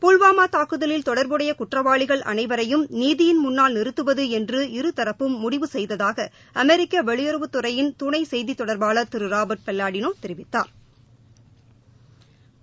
புல்வாமா தாக்குதலில் தொடர்புடைய குற்றவாளிகள் அனைவரையும் நீதியின் முன்னால் நிறுத்துவது என்று இருதரப்பும் முடிவு செய்ததாக அமெிக்க வெளியுறவுத்துறையின் துணை செய்தித் தொடர்பாளர் திரு ராபா்ட் பல்லாடினோ தெரிவித்தாா்